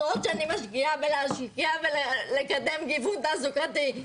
שמשקיעה בלקדם גיוון תעסוקתי,